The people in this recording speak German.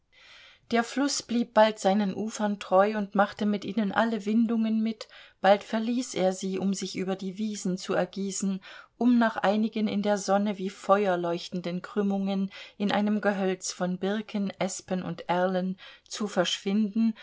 der fluß blieb bald seinen ufern treu und machte mit ihnen alle windungen mit bald verließ er sie um sich über die wiesen zu ergießen um nach einigen in der sonne wie feuer leuchtenden krümmungen in einem gehölz von birken espen und erlen zu verschwinden